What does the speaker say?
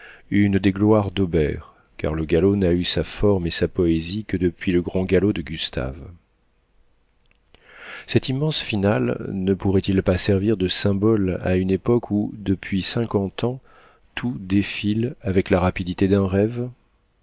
une des gloires d'auber car le galop n'a eu sa forme et sa poésie que depuis le grand galop de gustave cet immense final ne pourrait-il pas servir de symbole à une époque où depuis cinquante ans tout défile avec la rapidité d'un rêve